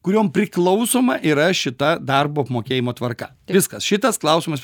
kuriom priklausoma yra šita darbo apmokėjimo tvarka viskas šitas klausimas